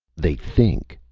they think!